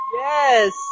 Yes